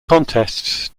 contests